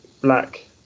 black